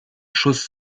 schuss